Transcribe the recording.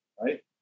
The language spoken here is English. right